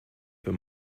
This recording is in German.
für